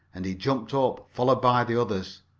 and he jumped up, followed by the others.